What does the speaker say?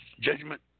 Judgment